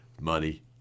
money